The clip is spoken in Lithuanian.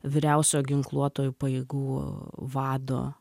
vyriausiojo ginkluotųjų pajėgų vado